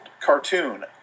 Cartoon